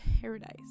paradise